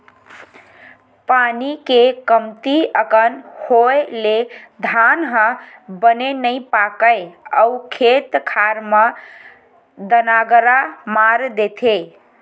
पानी के कमती अकन होए ले धान ह बने नइ पाकय अउ खेत खार म दनगरा मार देथे